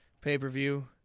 pay-per-view